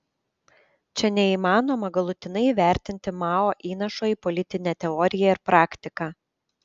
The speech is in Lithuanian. čia neįmanoma galutinai įvertinti mao įnašo į politinę teoriją ir praktiką